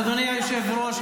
אדוני היושב-ראש,